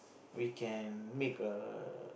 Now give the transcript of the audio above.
we can make a